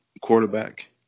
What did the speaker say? quarterback